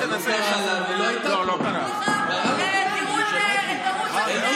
לא נדע מה להצביע בלי שמירב בן ארי תנסה לשכנע.